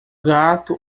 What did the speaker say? gato